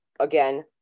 Again